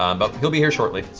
um but he'll be here shortly.